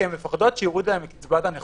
כי הן מפחדות שיורידו להן מקצבת הנכות.